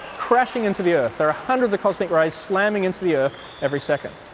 crashing into the earth. there are hundreds of cosmic rays slamming into the earth every second.